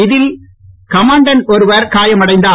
இதில் கமாண்டடன்ட் ஒருவர் காயமடைந்தார்